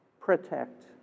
protect